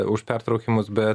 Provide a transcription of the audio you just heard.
už pertraukimus bet